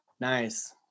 Nice